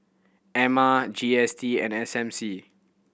Ema G S T and S M C